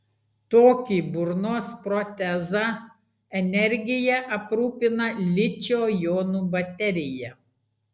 tokį burnos protezą energija aprūpina ličio jonų baterija